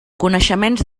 coneixements